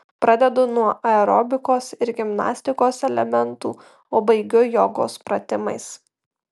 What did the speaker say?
pradedu nuo aerobikos ir gimnastikos elementų o baigiu jogos pratimais